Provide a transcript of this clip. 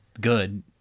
good